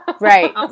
Right